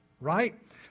right